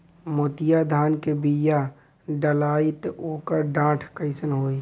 मोतिया धान क बिया डलाईत ओकर डाठ कइसन होइ?